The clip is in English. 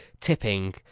tipping